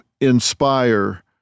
inspire